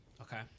Okay